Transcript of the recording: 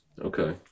Okay